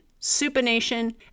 supination